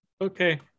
Okay